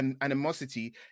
animosity